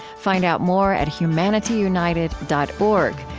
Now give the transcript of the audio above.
find out more at humanityunited dot org,